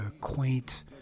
quaint